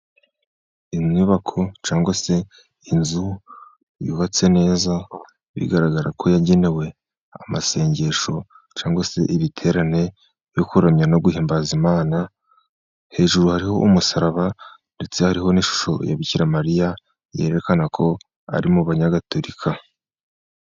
Inyubako cyangwa se inzu yubatse neza, bigaragara ko yagenewe amasengesho cyangwa se ibiterane byo kuramya no guhimbaza Imana. Hejuru hariho umusaraba, ndetse hariho n’ishusho ya Bikira Mariya, yerekana ko ari mu banyagatolika.